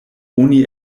oni